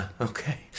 Okay